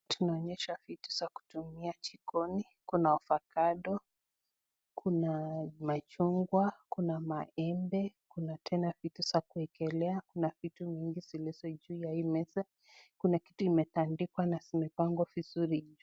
Tunaonyeshwa vitu za kutumia jikoni kuna Ovacado, kuna machungwa, kuna maembe, kuna tena vitu za kuwekelea ,kuna vitu mingi zilizojuu ya hii meza ,kuna kitu imetandikwa na zimepangwa vizuri.